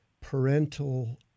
parental